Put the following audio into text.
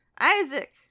Isaac